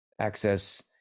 access